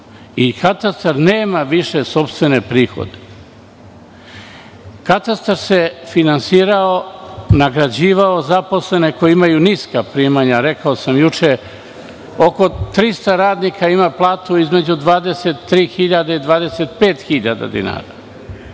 katastar nema više sopstvene prihode. Katastar se finansirao, nagrađivao zaposlene koji imaju niska primanja. Rekao sam juče, oko 300 radnika ima platu između 23.000 i 25.000 dinara.